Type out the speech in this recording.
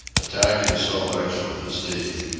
attacking sol-leks with his teeth,